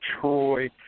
Troy